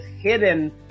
hidden